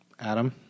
Adam